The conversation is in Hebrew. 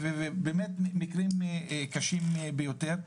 מקרים קשים ביותר.